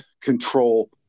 control